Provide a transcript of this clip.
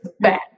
bad